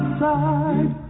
side